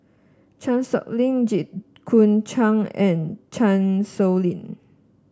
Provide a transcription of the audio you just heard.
Chan Sow Lin Jit Koon Ch'ng and Chan Sow Lin